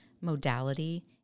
modality